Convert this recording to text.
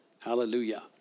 Hallelujah